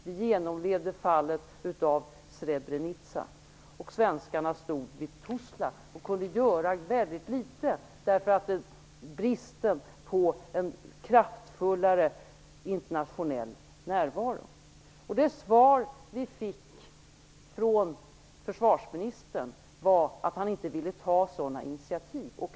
Vi genomlevde fallet av Srebrenica, och svenskarna stod vid Tuzla och kunde göra väldigt litet på grund av bristen på en kraftfullare internationell närvaro. Det svar vi fick från försvarsministern var att han inte ville ta sådana initiativ.